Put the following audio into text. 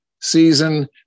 season